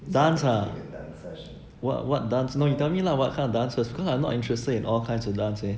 dance ah what what dance no you tell me lah what kind of dance first cause I'm not interested in all kinds of dance eh